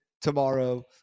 tomorrow